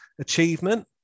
achievement